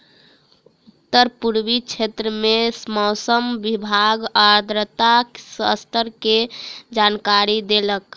उत्तर पूर्वी क्षेत्र में मौसम विभाग आर्द्रता स्तर के जानकारी देलक